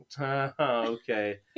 Okay